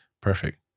perfect